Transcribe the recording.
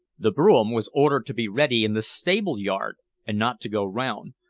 the brougham was ordered to be ready in the stable-yard and not to go round,